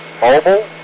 mobile